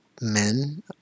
men